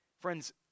Friends